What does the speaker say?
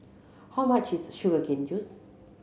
how much is sugar cane juice